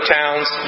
towns